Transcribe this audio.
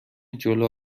جلو